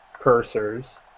cursors